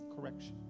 correction